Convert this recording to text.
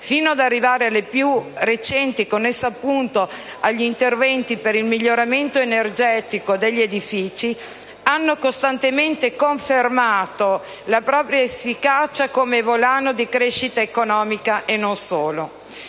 fino ad arrivare alle più recenti, connesse agli interventi per il miglioramento energetico degli edifici, hanno costantemente confermato la propria efficacia come volano di crescita economica e non solo.